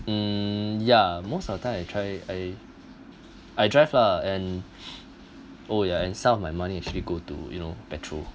hmm yeah most of the time I try I I drive lah and oh yeah and some of my money actually go to you know petrol